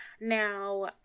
Now